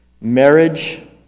Marriage